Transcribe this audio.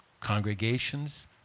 congregations